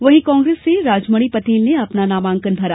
वहीं कांग्रेस से राजमणी पटेल ने अपना नामांकन भरा